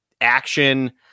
action